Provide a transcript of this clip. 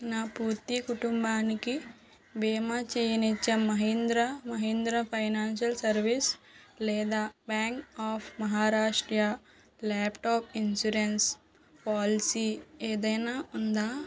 నా పూర్తి కుటుంబానికి భీమా చేయనిచ్చే మహీంద్ర మహీంద్ర ఫైనాన్షియల్ సర్వీస్ లేదా bank of Maharashtra laptop insurance policy ఏదైనా ఉందా